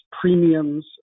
premiums